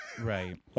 Right